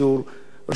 רשות השידור תקבל,